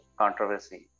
controversy